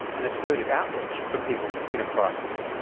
and assertive outreach for people in a crisis.